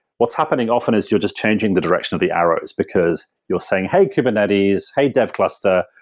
what's happening often is you're just changing the direction of the arrows, because you're saying, hey, kubernetes. hey, dev cluster,